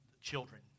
children